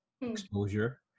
exposure